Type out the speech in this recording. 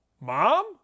Mom